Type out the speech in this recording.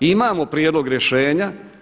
Imamo prijedlog rješenja.